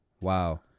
Wow